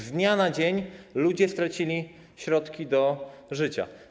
Z dnia na dzień ludzie stracili środki do życia.